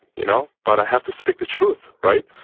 you know but i have to speak the truth, right?